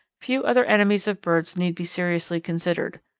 few other enemies of birds need be seriously considered.